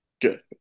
Good